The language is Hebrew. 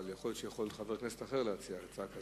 אבל יכול להיות שחבר כנסת אחר יציע הצעה כזאת.